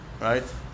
Right